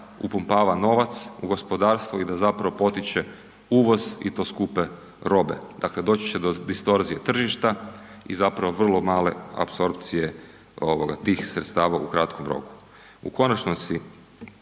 upumpava novac u gospodarstvo i da zapravo potiče uvoz i to skupe robe. Dakle, doći će do distorzije tržišta i zapravo vrlo male apsorpcije ovoga, tih sredstava u kratkom roku.